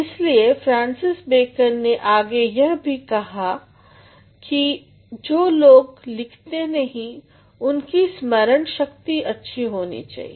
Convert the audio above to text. इसलिए Francis Bacon ने आगे यह भी कहा कि जो लोग लिखते नहीं उनकी स्मरण शक्ति अच्छी होनी चाहिए